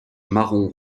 marron